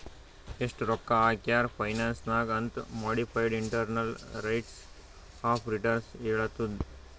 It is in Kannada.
ಎಸ್ಟ್ ರೊಕ್ಕಾ ಹಾಕ್ಯಾರ್ ಫೈನಾನ್ಸ್ ನಾಗ್ ಅಂತ್ modified internal rates of return ಹೇಳತ್ತುದ್